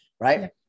right